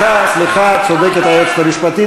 צודקת היועצת המשפטית.